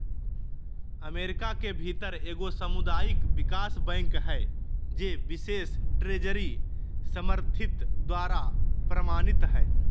America के भीतर एगो सामुदायिक विकास बैंक हइ जे बिशेष ट्रेजरी समर्थित द्वारा प्रमाणित हइ